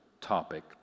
topic